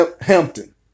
Hampton